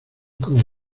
como